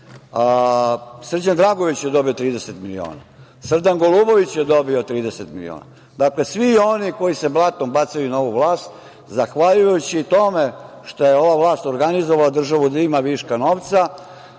Srđan Dragojević je dobio 30 miliona. Srdan Golubović je dobio 30 miliona. Dakle, svi oni koji se blatom bacaju na ovu vlast, zahvaljujući tome što je ova vlast organizovala državu da ima viška novca